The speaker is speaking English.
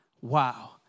Wow